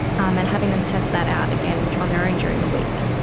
um and having them test that out again on their own during the week,